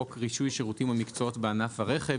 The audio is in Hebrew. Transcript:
חוק רישוי שירותי ומקצועות בענף הרכב,